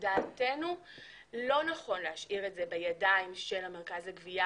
לדעתנו לא נכון להשאיר את זה בידיים של המרכז לגבייה